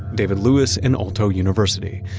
david lewis, and aalto university.